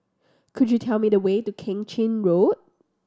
could you tell me the way to Keng Chin Road